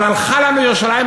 אבל הלכה לנו ירושלים,